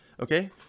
okay